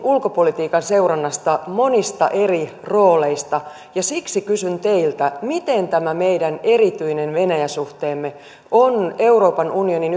ulkopolitiikan seurannasta monissa eri rooleissa ja siksi kysyn teiltä miten tämä meidän erityinen venäjä suhteemme on euroopan unionin